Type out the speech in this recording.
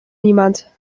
niemand